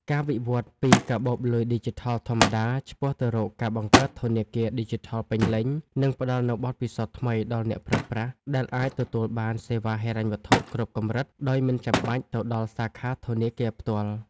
ការវិវត្តពីកាបូបលុយឌីជីថលធម្មតា ឆ្ពោះទៅរកការបង្កើតធនាគារឌីជីថលពេញលេញ នឹងផ្ដល់នូវបទពិសោធន៍ថ្មីដល់អ្នកប្រើប្រាស់ ដែលអាចទទួលបានសេវាហិរញ្ញវត្ថុគ្រប់កម្រិតដោយមិនចាំបាច់ទៅដល់សាខាធនាគារផ្ទាល់។